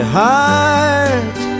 heart